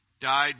died